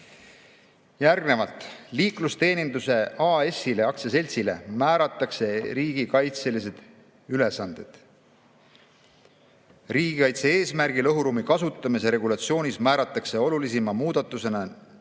Järgnevalt, [Lennu]liiklusteeninduse AS‑ile määratakse riigikaitselised ülesanded. Riigikaitse eesmärgil õhuruumi kasutamise regulatsioonis määratakse olulisima muudatusena